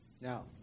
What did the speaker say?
Now